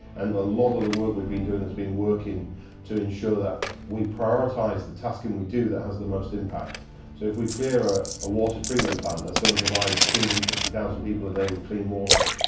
and a lot of the work we've been doing has been working to ensure that we prioritize the tasking we do that has the most impact. so if we clear ah a water treatment plant that's going to provide two hundred and and fifty thousand people a day with clean water,